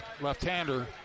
left-hander